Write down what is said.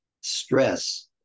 stress